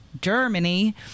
Germany